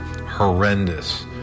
horrendous